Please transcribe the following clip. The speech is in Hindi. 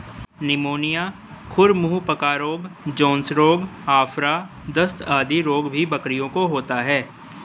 निमोनिया, खुर मुँह पका रोग, जोन्स रोग, आफरा, दस्त आदि रोग भी बकरियों को होता है